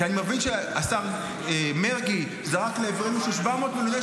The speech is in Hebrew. אני מבין שהשר מרגי זרק לעברנו ש-700 מיליוני